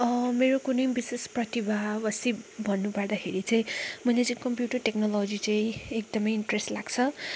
मेरो कुनै विशेष प्रतिभा वा सिप भन्नुपर्दाखेरि चाहिँ मैले चाहिँ कम्प्युटर टेक्नोलजी चाहिँ एकदमै इन्ट्रेस लाग्छ